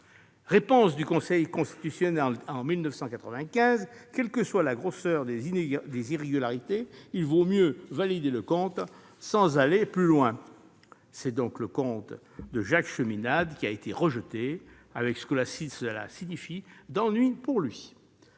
Réponse du Conseil constitutionnel en 1995 : quelle que soit la grosseur des irrégularités, il vaut mieux valider le compte sans aller plus loin. C'est donc le compte de Jacques Cheminade qui a été rejeté, avec ce que cela signifie d'ennuis pour lui